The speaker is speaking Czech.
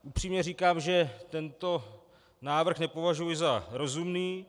Upřímně říkám, že tento návrh nepovažuji za rozumný.